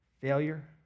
failure